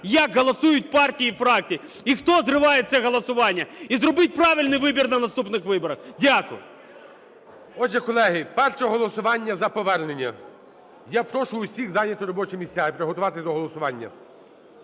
як голосують партії і фракції і хто зриває це голосування. І зробіть правильний вибір на наступних виборах. Дякую. ГОЛОВУЮЧИЙ. Отже, колеги, перше голосування - за повернення. Я прошу всіх зайняти робочі місця і приготуватись до голосування.